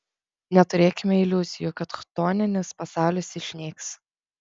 neturėkime iliuzijų kad chtoninis pasaulis išnyks